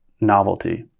novelty